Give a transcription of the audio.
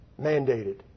Mandated